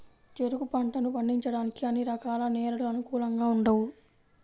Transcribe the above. చెరుకు పంటను పండించడానికి అన్ని రకాల నేలలు అనుకూలంగా ఉండవు